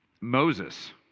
Moses